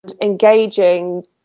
engaging